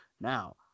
Now